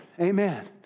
Amen